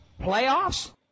Playoffs